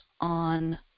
on